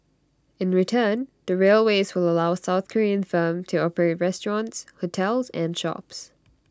in return the railways will allow south Korean firm to operate restaurants hotels and shops